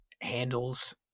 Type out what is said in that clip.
handles